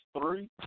three